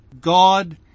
God